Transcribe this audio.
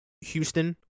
Houston